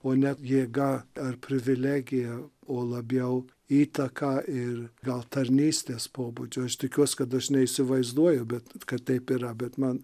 o ne jėga ar privilegija o labiau įtaka ir gal tarnystės pobūdžio aš tikiuos kad aš ne įsivaizduoju bet kad taip yra bet man